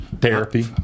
Therapy